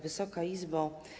Wysoka Izbo!